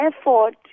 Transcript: effort